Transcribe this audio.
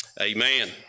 Amen